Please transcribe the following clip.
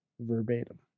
verbatim